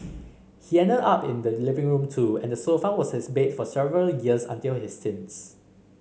he ended up in the living room too and the sofa was his bed for several years until his teens